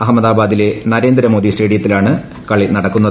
അഹമ്മദാബാദിലെ നരേന്ദ്രമോദി സ്റ്റേഡിയത്തിലാണ് കളി നടക്കുന്നത്